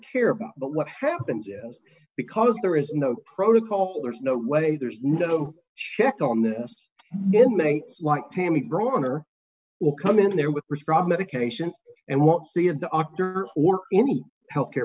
care about but what happens is because there is no protocol there's no way there's no schecter on this then they like tammy braun or will come in there with prescribed medication and what see a doctor or any health care